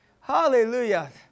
Hallelujah